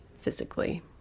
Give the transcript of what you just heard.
physically